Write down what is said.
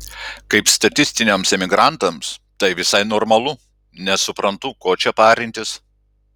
kaip statistiniams emigrantams tai visai normalu nesuprantu ko čia parintis